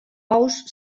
ous